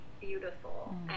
beautiful